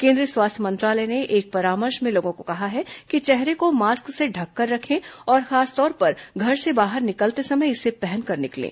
केंद्रीय स्वास्थ्य मंत्रालय ने एक परामर्श में लोगों को कहा है कि चेहरे को मास्क से ढककर रखें और खासतौर पर घर से बाहर निकलते समय इसे पहनकर निकलें